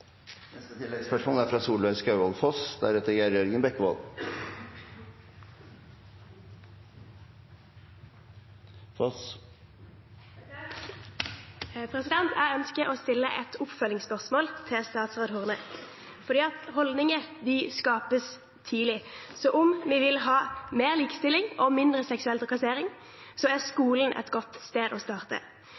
Solveig Skaugvoll Foss – til neste oppfølgingsspørsmål. Jeg ønsker å stille et oppfølgingsspørsmål til statsråd Horne. Holdninger skapes tidlig. Så om vi vil ha mer likestilling og mindre seksuell trakassering, er skolen et godt sted å starte.